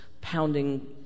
pounding